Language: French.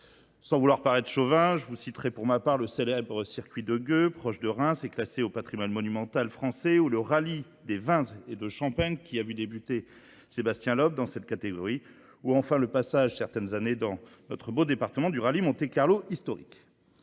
Sans vouloir paraître chauvin, je vous citerai pour ma part le célèbre circuit de gueux proche de Reims et classé au patrimoine monumental français ou le rallye des Vins et de Champagne qui a vu débuter Sébastien Loeb dans cette catégorie ou enfin le passage certaines années dans notre beau département du rallye Monte Carlo historique.